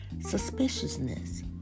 suspiciousness